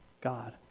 God